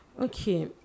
Okay